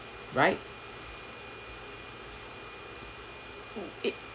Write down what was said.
right it